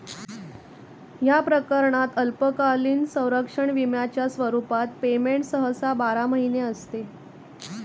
या प्रकरणात अल्पकालीन संरक्षण विम्याच्या स्वरूपात पेमेंट सहसा बारा महिने असते